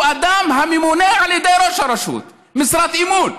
הוא אדם הממונה על ידי ראש הרשות, משרת אמון.